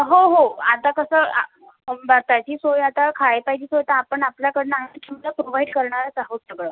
हो हो आता कसं आ बसायची सोय आता खाय प्यायची सोय तर आपण आपल्याकडून प्रोवाइड करणारच आहोत सगळं